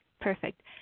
perfect